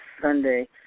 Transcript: Sunday